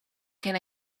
can